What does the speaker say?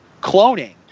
Cloning